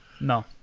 No